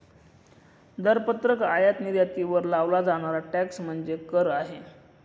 दरपत्रक आयात निर्यातीवर लावला जाणारा टॅक्स म्हणजे कर आहे